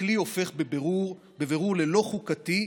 והכלי הופך בבירור ללא חוקתי,